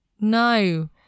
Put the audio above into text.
no